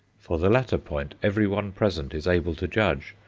for the latter point everyone present is able to judge,